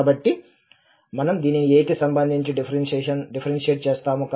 కాబట్టి మనం దీనిని a కి సంబంధించి డిఫరెన్షియేట్ చేస్తాము